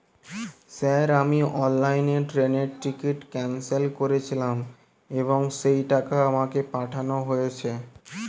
Sir আমি অনলাইনে ট্রেনের টিকিট ক্যানসেল করেছিলাম এবং সেই টাকা আমাকে পাঠানো হয়েছে?